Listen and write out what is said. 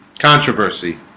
controversy